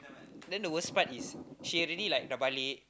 then the worst part is she already like dah balik